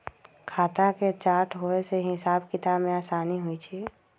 खता के चार्ट होय से हिसाब किताब में असानी होइ छइ